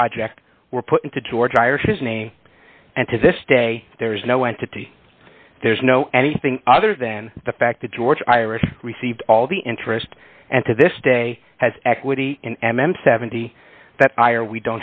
project were put into george irises name and to this day there is no entity there's no anything other than the fact that george iris received all the interest and to this day has equity in m m seventy that i or we